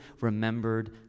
remembered